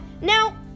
Now